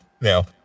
no